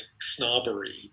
snobbery